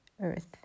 earth